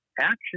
action